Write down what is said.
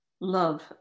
Love